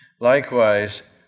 Likewise